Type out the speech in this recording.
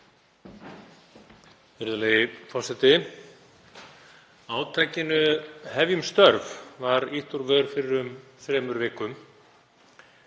Virðulegi forseti. Átakinu Hefjum störf var ýtt úr vör fyrir um þremur vikum.